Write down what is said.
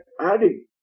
adding